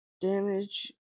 Damage